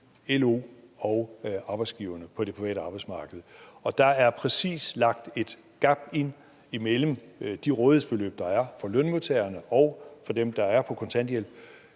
LO og arbejdsgiverne på det private arbejdsmarked. Og der er præcis lagt et gap ind imellem de rådighedsbeløb, der er for lønmodtagerne, og de rådighedsbeløb,